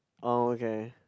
oh okay